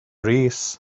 rees